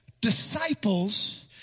disciples